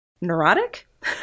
Neurotic